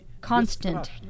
constant